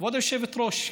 כבוד היושבת-ראש,